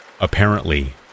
Apparently